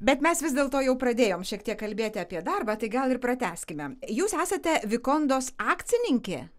bet mes vis dėlto jau pradėjom šiek tiek kalbėti apie darbą tai gal ir pratęskime jūs esate vikondos akcininkė